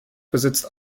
besitzt